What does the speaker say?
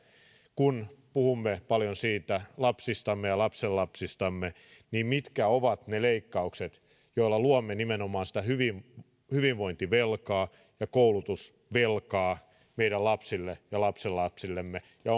kun puhumme paljon lapsistamme ja lapsenlapsistamme niin mitkä ovat ne leikkaukset joilla luomme nimenomaan sitä hyvinvointivelkaa ja koulutusvelkaa meidän lapsillemme ja lapsenlapsillemme ja